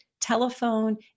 telephone